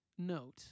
note